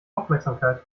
aufmerksamkeit